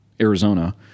Arizona